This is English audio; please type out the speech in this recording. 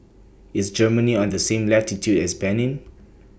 IS Germany on The same latitude as Benin